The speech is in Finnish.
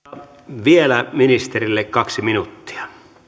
vielä ministerille kaksi minuuttia